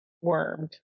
wormed